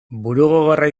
burugogorra